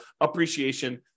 appreciation